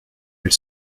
elle